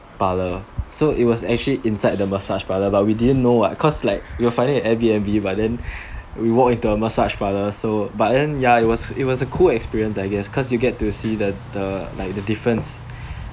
parlour so it was actually inside the massage parlour but we didn't know [what] cause like we were finding an airbnb but then we walked into a massage parlour so but then ya it was it was a cool experience I guess cause you get to see the the like the difference